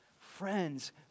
Friends